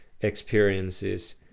experiences